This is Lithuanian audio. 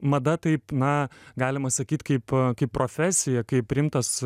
mada taip na galima sakyti kaip kaip profesija kaip rimtas